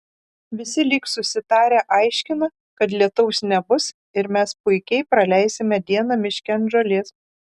visi lyg susitarę aiškina kad lietaus nebus ir mes puikiai praleisime dieną miške ant žolės